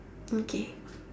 okay